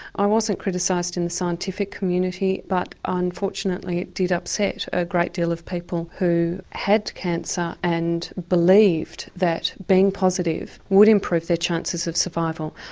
i wasn't criticised in the scientific community but unfortunately it did upset a great deal of people who had cancer and believed that being positive would improve their chances of survival.